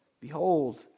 behold